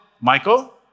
Michael